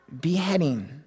beheading